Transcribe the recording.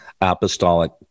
apostolic